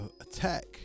attack